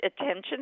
attention